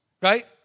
right